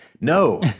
No